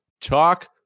talk